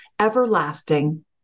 everlasting